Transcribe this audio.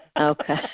Okay